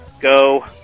Go